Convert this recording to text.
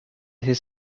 his